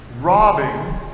robbing